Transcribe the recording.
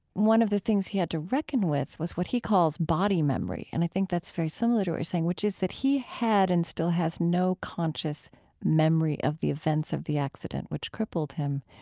one of the things he had to reckon with was what he calls body memory. and i think that's very similar to what you're saying, which is, he had and still has no conscious memory of the offense of the accident which crippled him,